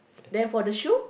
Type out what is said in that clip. then for the shoe